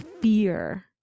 fear